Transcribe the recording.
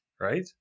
right